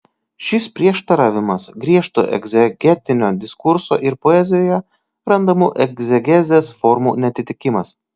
šis prieštaravimas griežto egzegetinio diskurso ir poezijoje randamų egzegezės formų neatitikimas